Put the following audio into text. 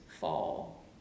fall